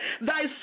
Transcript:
thy